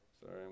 sorry